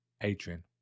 Adrian